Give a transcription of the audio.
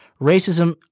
Racism